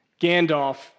Gandalf